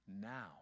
now